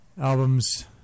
albums